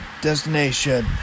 destination